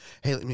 Hey